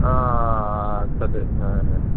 हा कति